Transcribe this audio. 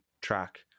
track